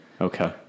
Okay